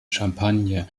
champagne